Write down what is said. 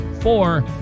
four